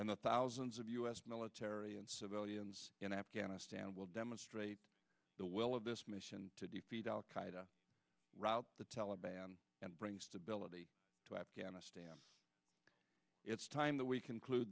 and the thousands of us military and civilians in afghanistan will demonstrate the will of this mission to defeat al qaeda the taliban and bring stability to afghanistan it's time that we conclu